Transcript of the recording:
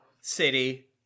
City